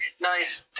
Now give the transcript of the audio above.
nice